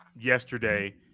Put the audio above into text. yesterday